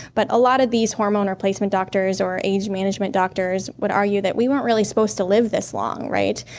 but a lot of these hormone replacement doctors, or age management doctors, what are you, that we weren't really supposed to live this long, right,